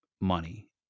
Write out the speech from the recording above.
money